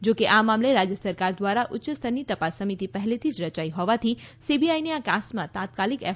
જો કે આ મામલે રાજ્ય સરકાર દ્વારા ઉચ્ચ સ્તરની તપાસ સમિતિ પહેલેથી જ રયાઈ હોવાથી સીબીઆઈને આ કેસમાં તાત્કાલિક એફ